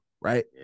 Right